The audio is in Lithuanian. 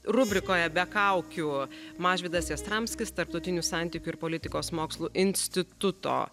rubrikoje be kaukių mažvydas jastramskis tarptautinių santykių ir politikos mokslų instituto